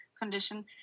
condition